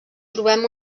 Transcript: trobem